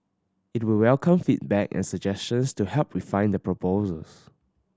it would welcome feedback and suggestions to help refine the proposes